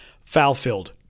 foul-filled